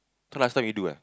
so last time you do eh